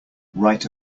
write